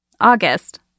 August